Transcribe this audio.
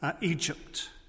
Egypt